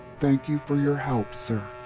thank you for your help, sir.